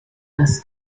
las